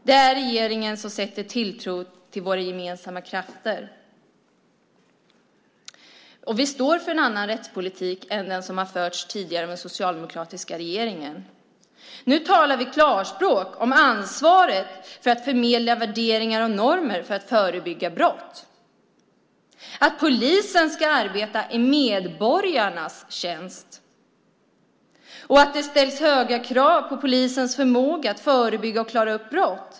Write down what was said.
Det är regeringen som sätter tilltro till våra gemensamma krafter. Vi står för en annan rättspolitik än den som har förts tidigare av den socialdemokratiska regeringen. Nu talar vi klarspråk om ansvaret för att förmedla värderingar och normer för att förebygga brott, att polisen ska arbeta i medborgarnas tjänst och att det ställs höga krav på polisens förmåga att förebygga och klara upp brott.